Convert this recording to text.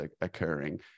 occurring